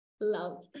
Love